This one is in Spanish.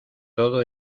todo